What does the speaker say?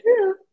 true